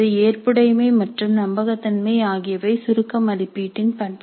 ஏற்புடைமை மற்றும் நம்பகத் தன்மை ஆகியவை சுருக்க மதிப்பீட்டின் பண்புகள்